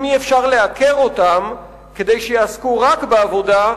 אם אי-אפשר לעקר אותם כדי שיעסקו רק בעבודה,